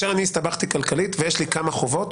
הסתבכתי כלכלית ויש לי כמה חובות,